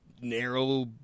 narrow